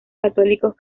católicos